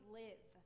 live